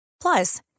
Plus